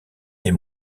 des